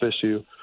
issue